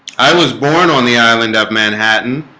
i was born on the island of manhattan